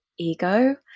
ego